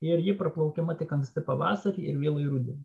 ir ji praplaukiama tik anksti pavasarį ir vėlai rudenį